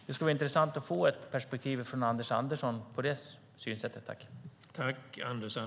Det skulle vara intressant att få Anders Anderssons perspektiv på detta.